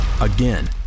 Again